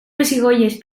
pessigolles